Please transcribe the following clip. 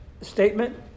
statement